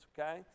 okay